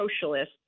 socialists